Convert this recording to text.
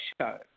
show